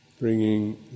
Bringing